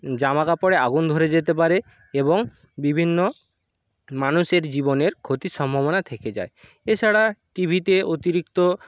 জামা কাপড়ে আগুন ধরে যেতে পারে এবং বিভিন্ন মানুষের জীবনের ক্ষতির সম্ভাবনা থেকে যায় এছাড়া টি ভিতে অতিরিক্ত